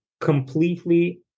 completely